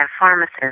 pharmacist